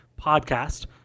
podcast